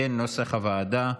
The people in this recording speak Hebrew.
כנוסח הוועדה.